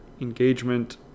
engagement